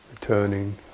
returning